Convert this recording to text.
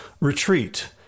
retreat